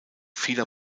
vieler